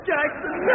Jackson